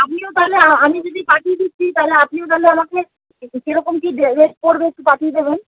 আ আপনিও তাহলে আমি যদি পাঠিয়ে দিচ্ছি তাহলে আপনিও তাহলে আমাকে কিন্তু কিরকম কী রেট পড়বে একটু পাঠিয়ে দেবেন